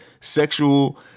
sexual